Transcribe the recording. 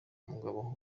mugabo